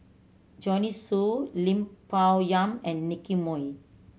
Joanne Soo Lim Bo Yam and Nicky Moey